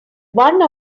one